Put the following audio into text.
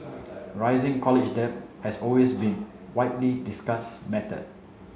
rising college debt has always been widely discussed matter